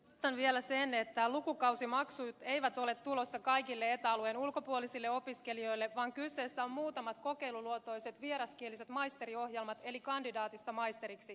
toistan vielä sen että lukukausimaksut eivät ole tulossa kaikille eta alueen ulkopuolisille opiskelijoille vaan kyseessä ovat muutamat kokeiluluontoiset vieraskieliset maisteriohjelmat eli taso kandidaatista maisteriksi